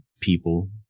people